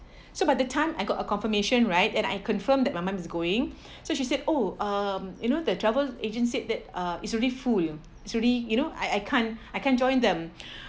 so by the time I got a confirmation right and I confirmed that my mum is going so she said oh um you know that travel agent said that uh it's already full it's already you know I I can't I can't join them